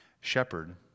shepherd